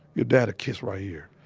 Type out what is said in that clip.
your dad a kiss right here.